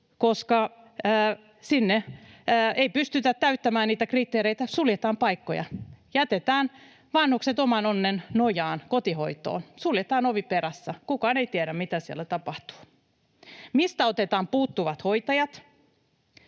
koska siellä ei pystytä täyttämään niitä kriteereitä ja suljetaan paikkoja, jätetään vanhukset oman onnen nojaan kotihoitoon. Suljetaan ovi perässä. Kukaan ei tiedä, mitä siellä tapahtuu. Mistä otetaan puuttuvat hoitajat?